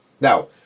Now